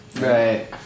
right